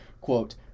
quote